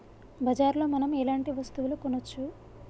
బజార్ లో మనం ఎలాంటి వస్తువులు కొనచ్చు?